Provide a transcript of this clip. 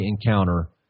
encounter